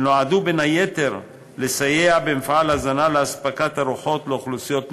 שנועדו בין היתר לסייע במפעל הזנה לאספקת ארוחות לאוכלוסיות נזקקות.